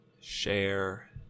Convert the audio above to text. Share